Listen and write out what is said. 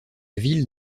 ville